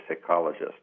psychologist